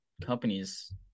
companies